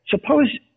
suppose